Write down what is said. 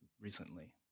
recently